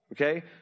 okay